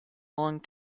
long